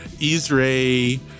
Israel